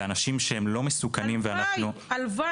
באנשים לא מסוכנים --- הלוואי,